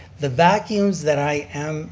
the vacuums that i am